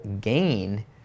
gain